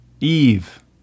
Eve